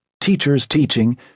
teachers-teaching